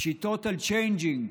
פשיטות על צ'יינג'ים,